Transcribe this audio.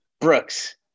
Brooks